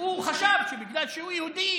הוא חשב שבגלל שהוא איש יהודי,